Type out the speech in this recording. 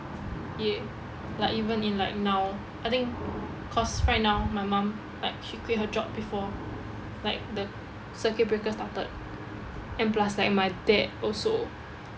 ya like even in like now I think cause right now my mum like she quit her job before like the circuit breaker started and plus like my dad also